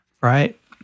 right